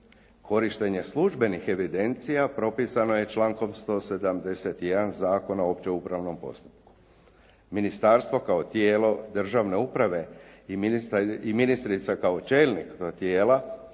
Korištenje službenih evidencija propisano je člankom 171. Zakona o općem upravnom postupku. Ministarstvo kao tijelo državne uprave i ministrica kao čelnik tijela